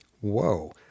Whoa